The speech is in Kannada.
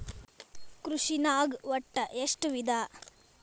ಕೃಷಿನಾಗ್ ಒಟ್ಟ ಎಷ್ಟ ವಿಧ?